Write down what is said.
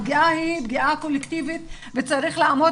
הפגיעה היא פגיעה קולקטיבית וצריך לעמוד